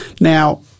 Now